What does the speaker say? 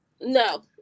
No